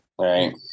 Right